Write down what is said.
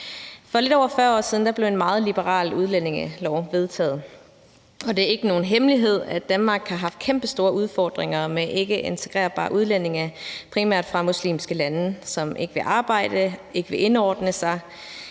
For lidt over 40 år siden blev en meget liberal udlændingelov vedtaget, og det er ikke nogen hemmelighed, at Danmark har haft kæmpestore udfordringer med ikkeintegrerbare udlændinge fra primært muslimske lande, som ikke vil arbejde, ikke vil indordne sig,